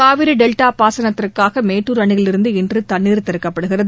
Kaveri delta பாசனத்திற்காக மேட்டூர் அணையில் இருந்து இன்று தண்ணீர் திறக்கப்படுகிறது